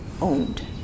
owned